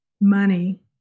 money